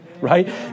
right